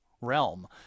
realm